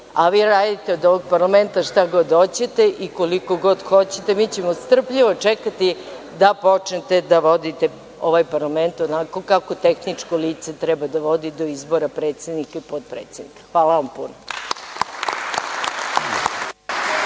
a vi radite od ovog parlamenta šta god hoćete i koliko god hoćete, mi ćemo strpljivo čekati da počnete da vodite ovaj parlament onako kako tehničko lice treba da vodi do izbora predsednika i potpredsednika. Hvala vam puno.